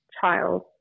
child